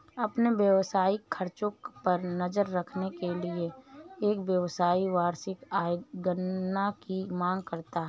अपने व्यावसायिक खर्चों पर नज़र रखने के लिए, एक व्यवसायी वार्षिक आय गणना की मांग करता है